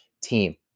team